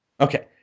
Okay